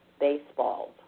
baseballs